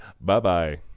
bye-bye